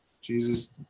jesus